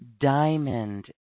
diamond